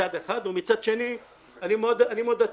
ומצד שני אני מאוד עצוב,